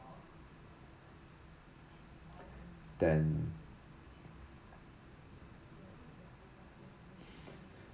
ten